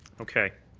okay.